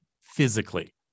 physically